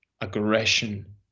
aggression